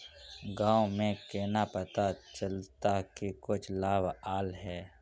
गाँव में केना पता चलता की कुछ लाभ आल है?